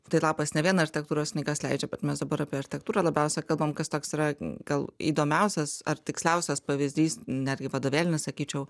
tai lapas ne vien architektūros knygas leidžia bet mes dabar apie architektūrą labiausiai kalbam kas toks yra gal įdomiausias ar tiksliausias pavyzdys netgi vadovėlinis sakyčiau